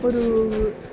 ഒരൂ